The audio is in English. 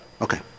Okay